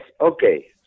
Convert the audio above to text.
okay